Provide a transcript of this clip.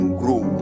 grow